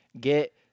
Get